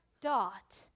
dot